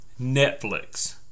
Netflix